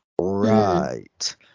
Right